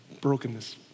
Brokenness